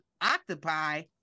octopi